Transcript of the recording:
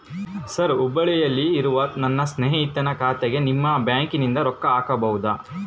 Sir ಹುಬ್ಬಳ್ಳಿಯಲ್ಲಿ ಇರುವ ನನ್ನ ಸ್ನೇಹಿತನ ಖಾತೆಗೆ ನಿಮ್ಮ ಬ್ಯಾಂಕಿನಿಂದ ರೊಕ್ಕ ಹಾಕಬಹುದಾ?